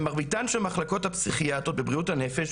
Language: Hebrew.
במרביתן של המחלקות הפסיכיאטריות בבריאות הנפש